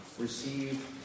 receive